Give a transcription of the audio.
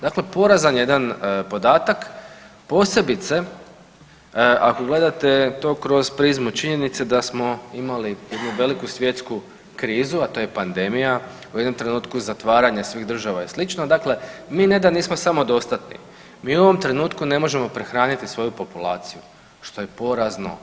Dakle, porazan jedan podatak, posebice ako gledate to kroz prizmu činjenice da smo imali jednu veliku svjetsku krizu, a to je pandemija u jednom trenutku zatvaranje svih država i sl. dakle mi ne da nismo samodostatni, mi u ovom trenutku ne možemo prehraniti svoju populaciju što je porazno.